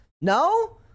No